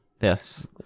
Yes